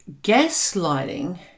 gaslighting